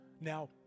Now